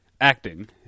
acting